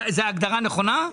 זאת הגדרה נכונה?